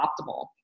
optimal